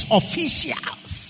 officials